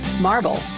marble